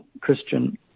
Christian